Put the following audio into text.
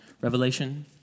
Revelation